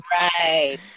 right